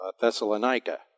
Thessalonica